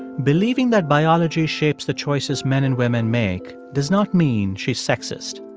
believing that biology shapes the choices men and women make does not mean she's sexist,